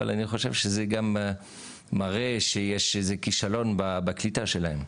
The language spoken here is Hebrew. אבל אני חושב שזה גם מראה שיש איזה כישלון בקליטה שלהם.